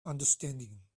understanding